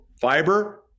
fiber